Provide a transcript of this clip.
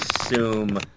assume